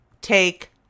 take